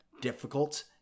difficult